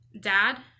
Dad